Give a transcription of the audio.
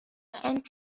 and